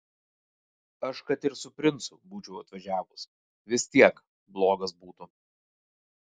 aš kad ir su princu būčiau atvažiavus vis tiek blogas būtų